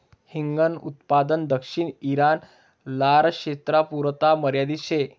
हिंगन उत्पादन दक्षिण ईरान, लारक्षेत्रपुरता मर्यादित शे